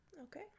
Okay